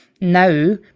now